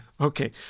Okay